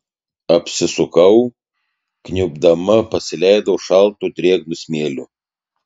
apsisukau kniubdama pasileidau šaltu drėgnu smėliu